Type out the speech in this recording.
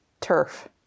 turf